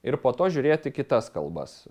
ir po to žiūrėti kitas kalbas